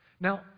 now